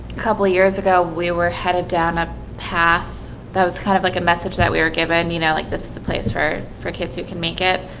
couple years ago. we were headed down a path that was kind of like a message that we were given, you know like this is a place for for kids who can make it.